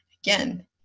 Again